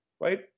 right